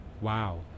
Wow